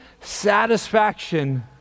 satisfaction